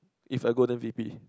if I go then V_P